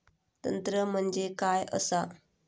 तंत्र म्हणजे काय असा?